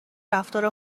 رفتار